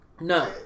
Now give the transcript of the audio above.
No